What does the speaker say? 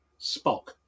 Spock